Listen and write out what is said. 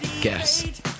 guess